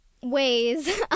ways